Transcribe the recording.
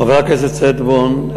חבר הכנסת שטבון,